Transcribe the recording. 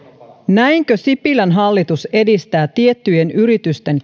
näinkö sipilän hallitus edistää tiettyjen yritysten